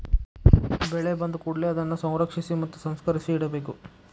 ಬೆಳೆ ಬಂದಕೂಡಲೆ ಅದನ್ನಾ ಸಂರಕ್ಷಿಸಿ ಮತ್ತ ಸಂಸ್ಕರಿಸಿ ಇಡಬೇಕು